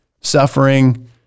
suffering